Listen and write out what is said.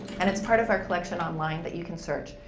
and it's part of our collection online that you can search.